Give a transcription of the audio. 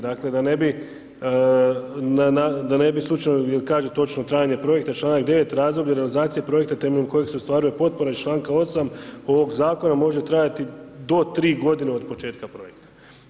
Dakle da ne bi slučajno jel kaže točno trajanje projekta članak 9., razdoblje realizacije projekta temeljem koje se ostvaruju potpore iz članka 8. ovog zakona, može trajati do 3 godina od početka projekta.